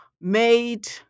made